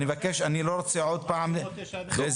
אני לא רוצה חזי -- תאיר,